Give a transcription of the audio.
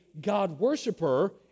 God-worshipper